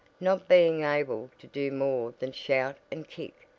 not being able to do more than shout and kick,